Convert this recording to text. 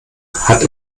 hat